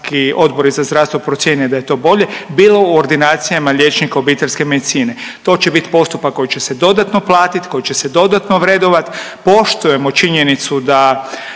odbori za zdravstvo procijene da je to bolje, bilo u ordinacijama liječnika obiteljske medicine. To će bit postupak koji će se dodatno platit, koji će se dodatno vrednovat. Poštujemo činjenicu da